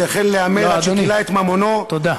שהחל להמר עד שכילה את ממונו, לא, אדוני.